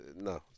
no